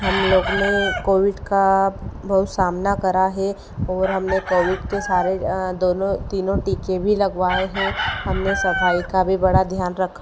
हमलोगों ने कोविड का बहुत सामना करा है और हमने कोविड के सारे दोनों तीनों टीके भी लगवाए हैं हमने सफ़ाई का भी बड़ा ध्यान रखा है